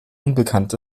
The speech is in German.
unbekannt